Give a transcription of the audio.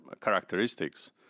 characteristics